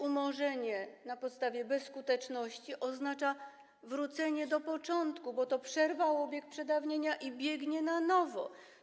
Umorzenie na podstawie bezskuteczności oznacza wrócenie do początku, bo to przerwało bieg przedawnienia, i to biegnie na nowo.